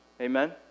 Amen